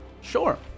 Sure